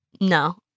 No